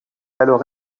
alors